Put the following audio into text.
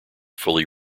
fully